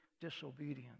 disobedience